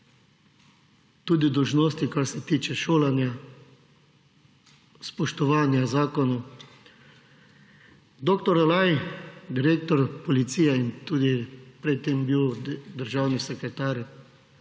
tudi dolžnosti, kar se tiče šolanja, spoštovanja zakonov. Doktor Olaj, direktor policije, pred tem je bil tudi državni sekretar